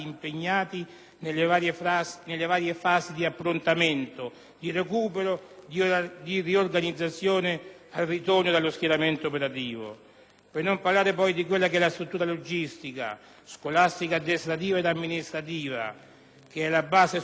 al ritorno dallo schieramento operativo. Per non parlare poi di quella che è la struttura logistica, scolastico-addestrativa ed amministrativa che è la base su cui poggia tutta la componente operativa. È questa la struttura che rende materialmente possibile sia la condotta delle operazioni,